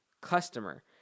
customer